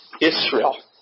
Israel